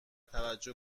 توجه